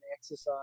exercise